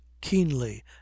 keenly